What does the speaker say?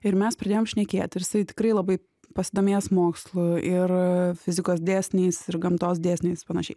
ir mes pradėjom šnekėt ir jisai tikrai labai pasidomėjęs mokslu ir fizikos dėsniais ir gamtos dėsniais panašiai